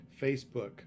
Facebook